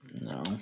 No